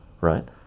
right